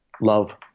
love